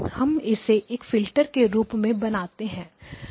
हम इसे एक फिल्टर के रूप में बनाते हैं